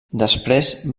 després